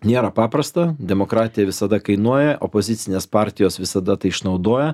nėra paprasta demokratija visada kainuoja opozicinės partijos visada tai išnaudoja